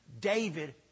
David